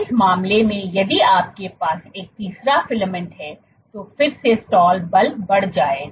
इस मामले में यदि आपके पास एक तीसरा फिलामेंट है तो फिर से स्टाल बल बढ़ जाएगा